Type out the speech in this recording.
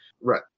Right